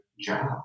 job